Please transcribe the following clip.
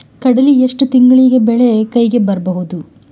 ಕಡಲಿ ಎಷ್ಟು ತಿಂಗಳಿಗೆ ಬೆಳೆ ಕೈಗೆ ಬರಬಹುದು?